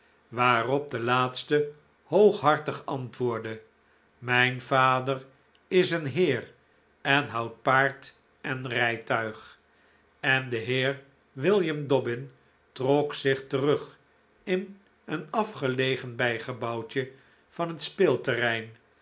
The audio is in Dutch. waarop de laatste hooghartig antwoordde mijn vader is een heer en houdt paard en rijtuig en de heer william dobbin trok zich terug in een afgelegen bijgebouwtje van het